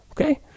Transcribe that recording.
okay